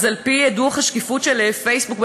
אז על-פי דוח השקיפות של פייסבוק,